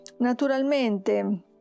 Naturalmente